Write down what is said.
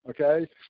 okay